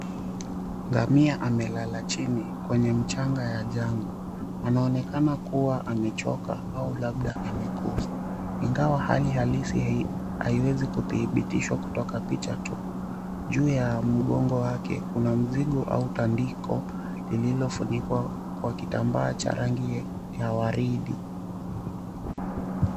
Ngamia amelala chini kwenye mchanga ya jangwa anaonekana kuwa amechoka au labda amekufa ingawa hali halisi haiwezi kudhibitishwa ni picha tu, juu ya mgongo wake kuna mzigo au tandiko lililofunikwa kwa kitambaa cha rangi ya waridi.